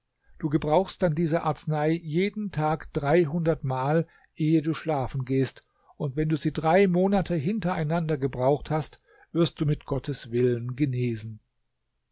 du gebrauchst dann diese arznei jeden tag dreihundert mal ehe du schlafen gehst und wenn du sie drei monate hintereinander gebraucht hast wirst du mit gottes willen genesen